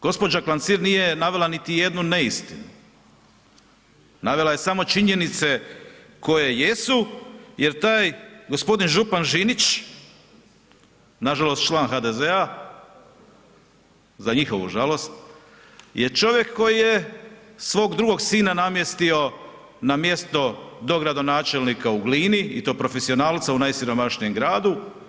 Gđa. Klancir nije navela niti jednu neistinu, navela je samo činjenice koje jesu jer taj g. župan Žinić, nažalost član HDZ-a, za njihovu žalost je čovjek koji je svog drugog sina namjestio na mjesto dogradonačenika u Glini i to profesionalca u najsiromašnijem gradu.